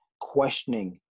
questioning